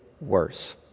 worse